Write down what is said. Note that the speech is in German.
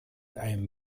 einem